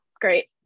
Great